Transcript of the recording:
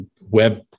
web